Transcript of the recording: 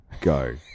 Go